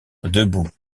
debout